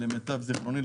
למיטב זכרוני,